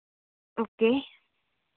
okay